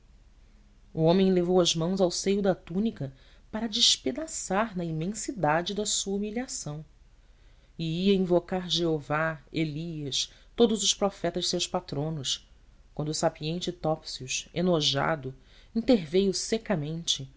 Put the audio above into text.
o homem levou as mãos ao seio da túnica para a despedaçar na imensidade da sua humilhação e ia invocar jeová elias todos os profetas seus patronos quando o sapiente topsius enojado interveio secamente